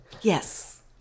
Yes